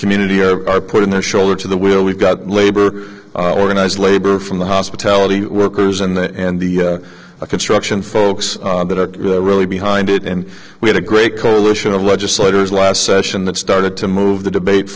community are putting their shoulder to the wheel we've got labor organized labor from the hospitality workers and the construction folks that are really behind it and we had a great coalition of legislators last session that started to move the debate